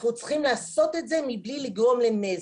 אנחנו צריכים לעשות את זה מבלי לגרום לנזק.